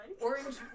orange